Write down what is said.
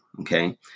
okay